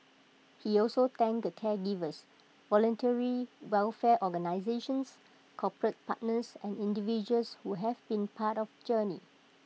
he also thanked the caregivers voluntary welfare organisations corporate partners and individuals who have been part of the journey